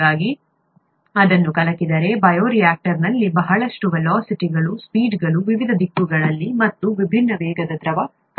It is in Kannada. ಹಾಗಾಗಿ ಅದನ್ನು ಕಲಕಿದರೆ ಬಯೋರಿಯಾಕ್ಟರ್ನಲ್ಲಿ ಬಹಳಷ್ಟು ವೆಲೋಸಿಟಿಗಳು ಸ್ಪೀಡ್ಗಳು ವಿವಿಧ ದಿಕ್ಕುಗಳಲ್ಲಿ ಮತ್ತು ವಿಭಿನ್ನ ವೇಗದ ದ್ರವ ಕಣಗಳು ಇರುತ್ತವೆ